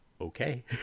okay